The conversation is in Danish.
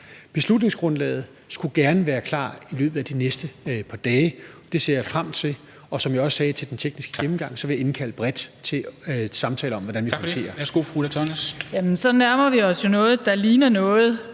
Beslutningsgrundlaget skulle gerne være klar i løbet af de næste par dage, og det ser jeg frem til, og som jeg også sagde til den tekniske gennemgang, vil jeg indkalde bredt til samtaler om, hvordan vi håndterer